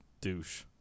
douche